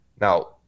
now